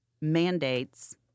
mandates